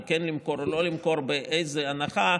כן למכור או לא למכור ובאיזו הנחה,